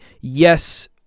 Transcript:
Yes